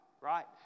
right